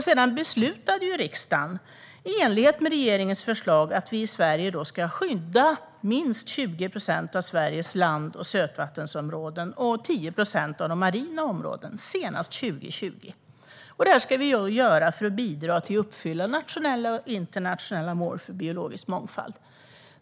Sedan beslutade riksdagen i enlighet med regeringens förslag att vi ska skydda minst 20 procent av Sveriges land och sötvattensområden och 10 procent av de marina områdena senast år 2020. Detta ska vi göra för att bidra till att uppfylla nationella och internationella mål för biologisk mångfald.